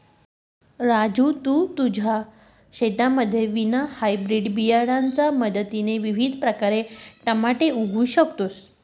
राजू तू तुझ्या शेतामध्ये विना हायब्रीड बियाणांच्या मदतीने विविध प्रकारचे टमाटे उगवू शकतो